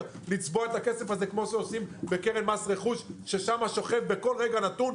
לצבוע את הכסף הזה כמו שעושים בקרן מס רכוש ששם שוכב בכל רגע נתון,